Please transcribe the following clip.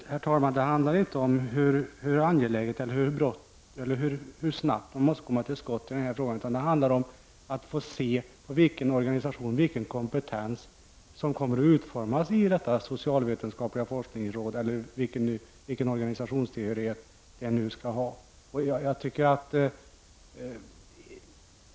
Herr talman! Det handlar ju inte om hur angeläget eller hur snabbt man måste komma till skott i frågan, utan det rör sig om att se vilken kompetens som kommer att utformas i det socialvetenskapliga forskningsrådet och vilken organisationstillhörighet som skall komma i fråga.